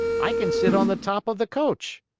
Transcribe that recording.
i can sit on the top of the coach.